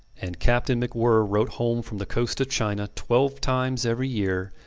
and captain macwhirr wrote home from the coast of china twelve times every year,